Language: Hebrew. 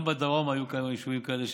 גם בדרום היו כמה יישובים כאלה,